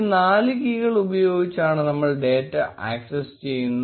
ഈ നാല് കീകൾ ഉപയോഗിച്ചാണ് നമ്മൾ ഡേറ്റ അക്സസ്സ് ചെയ്യുന്നത്